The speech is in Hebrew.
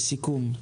לסיכום.